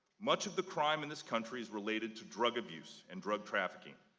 much of the crime in this country is related to drug abuse and drug trafficking.